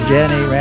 Jenny